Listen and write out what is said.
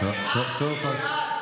אלא כי את מי שאת,